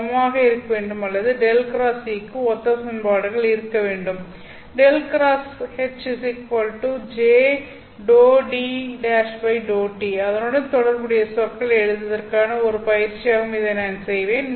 சமமாக இருக்க வேண்டும் அல்லது ∇ x H' க்கு ஒத்த சமன்பாடுகள் இருக்க வேண்டும் ∇ x H' j ∂D' ∂t அதனுடன் தொடர்புடைய சொற்களை எழுதுவதற்கான ஒரு பயிற்சியாகவும் இதை நான் செய்வேன்